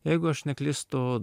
jeigu aš neklystu